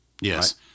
Yes